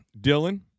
Dylan